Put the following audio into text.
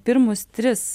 pirmus tris